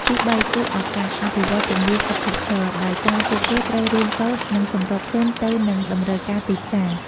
ទីបី គឺឱកាស អភិវឌ្ឍជំនាញឥតឈប់ឈរ ដោយសារពួកគេត្រូវរៀនសូត្រ និងសម្របខ្លួនទៅនឹងតម្រូវការទីផ្សារ។